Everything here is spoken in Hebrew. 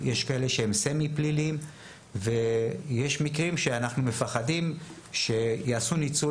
יש כאלה שהם סמי פליליים ויש מקרים שאנחנו חוששים שיעשו ניצול